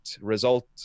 result